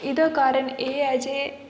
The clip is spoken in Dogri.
इ'दा कारण एह् ऐ जे